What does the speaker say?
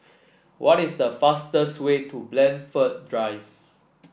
what is the fastest way to Blandford Drive